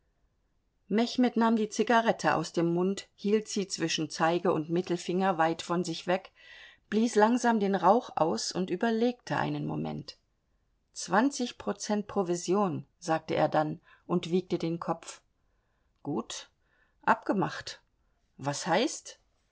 mechmed nahm die zigarette aus dem mund hielt sie zwischen zeige und mittelfinger weit von sich weg blies langsam den rauch aus und überlegte einen moment zwanzig prozent provision sagte er dann und wiegte den kopf gut abgemacht was heißt